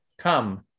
come